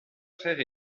frère